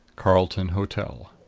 carlton hotel.